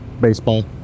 Baseball